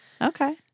Okay